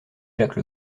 jacques